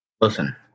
Listen